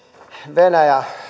venäjä